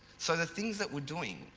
so, the things that we're doing,